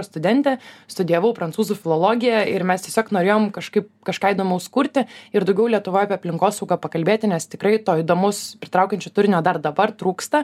studentė studijavau prancūzų filologiją ir mes tiesiog norėjom kažkaip kažką įdomaus kurti ir daugiau lietuvoj apie aplinkosaugą pakalbėti nes tikrai to įdomus pritraukiančiu turinio dar dabar trūksta